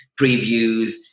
previews